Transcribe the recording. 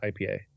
IPA